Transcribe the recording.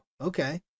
okay